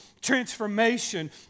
transformation